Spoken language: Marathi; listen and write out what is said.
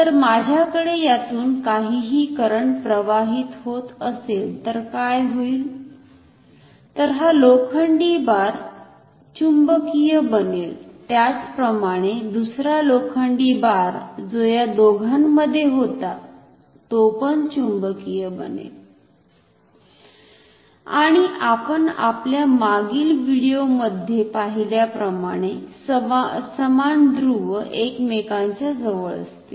तर माझ्याकडे यातुन काहीही करंट प्रवाहित होत असेल तर काय होईल तर हा लोखंडी बार चुंबकीय बनेल त्याचप्रमाणे दुसरा लोखंडी बार जो या दोघांमध्ये होता तो पण चुंबकीय बनेल आणि आपण आपल्या मागील व्हिडिओमध्ये पाहिल्याप्रमाणे समान ध्रुव एकमेकांच्या जवळ असतील